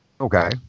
Okay